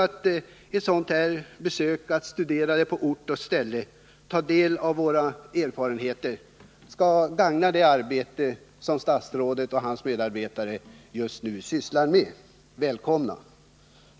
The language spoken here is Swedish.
Ett sådant besök på ort och ställe, där man kan ta del av våra erfarenheter, tror jag gagnar det arbete som statsrådet och hans medarbetare just nu sysslar med.